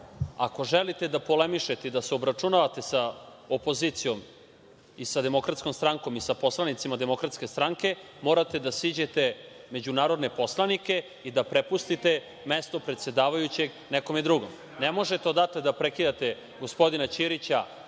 Ako želite da polemišete i da se obračunavate sa opozicijom i sa DS i sa poslanicima DS, morate da siđete među narodne poslanike i da prepustite mesto predsedavajućeg nekome drugom. Ne možete odatle da prekidate gospodina Ćirića